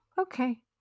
Okay